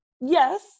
yes